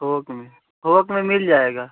थोक में थोक में मिल जाएगा